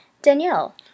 Danielle